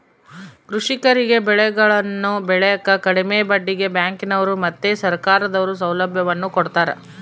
ಕೃಷಿಕರಿಗೆ ಬೆಳೆಗಳನ್ನು ಬೆಳೆಕ ಕಡಿಮೆ ಬಡ್ಡಿಗೆ ಬ್ಯಾಂಕಿನವರು ಮತ್ತೆ ಸರ್ಕಾರದವರು ಸೌಲಭ್ಯವನ್ನು ಕೊಡ್ತಾರ